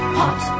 hot